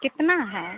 कितना है